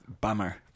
Bummer